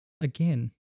Again